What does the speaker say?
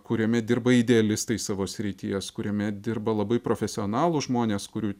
kuriame dirba idealistai savo srities kuriame dirba labai profesionalūs žmonės kurių